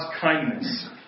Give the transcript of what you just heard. kindness